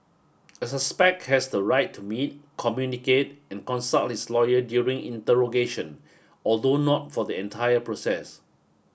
a suspect has the right to meet communicate and consult his lawyer during interrogation although not for the entire process